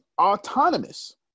autonomous